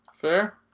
fair